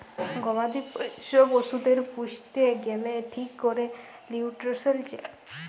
গবাদি পশ্য পশুদের পুইসতে গ্যালে ঠিক ক্যরে লিউট্রিশল চায়